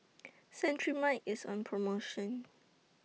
Cetrimide IS on promotion